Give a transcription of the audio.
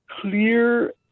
clear